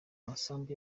masambu